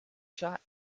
shot